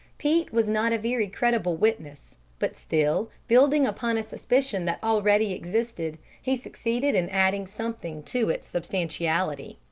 pete was not a very credible witness but still, building upon a suspicion that already existed, he succeeded in adding something to its substantiality.